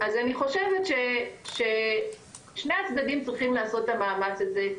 אז אני חושבת ששני הצדדים צריכים לעשות את המאמץ הזה,